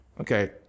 okay